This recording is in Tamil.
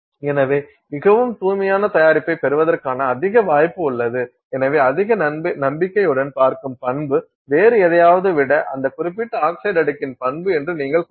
எனவே மிகவும் தூய்மையான தயாரிப்பைப் பெறுவதற்கான அதிக வாய்ப்பு உள்ளது எனவே அதிக நம்பிக்கையுடன் பார்க்கும் பண்பு வேறு எதையாவது விட அந்த குறிப்பிட்ட ஆக்சைடு அடுக்கின் பண்பு என்று நீங்கள் கூறலாம்